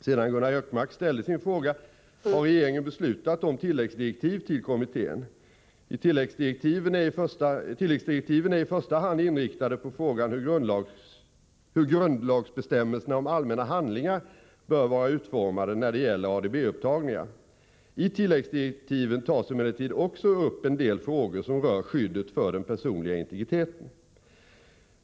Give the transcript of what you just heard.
Sedan Gunnar Hökmark ställde sin fråga har regeringen beslutat om tilläggsdirektiv till kommittén. Tilläggsdirektiven är i första hand inriktade på frågan hur grundlagsbestämmelserna om allmänna handlingar bör vara utformade när det gäller ADB-upptagningar. I tilläggsdirektiven tas emellertid också upp en del frågor som rör skyddet för den personliga integriteten.